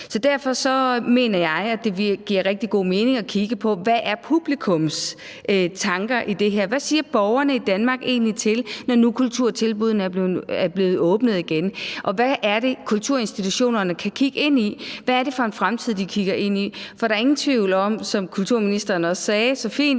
derfor mener jeg, at det giver rigtig god mening at kigge på, hvad publikums tanker er om det her. Hvad siger borgerne i Danmark egentlig til det, når nu kulturtilbuddene er blevet åbnet igen? Hvad er det, kulturinstitutionerne kan kigge ind i? Hvad er det for en fremtid, de kigger ind i? For der er ingen tvivl om, som kulturministeren også sagde så fint,